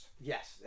Yes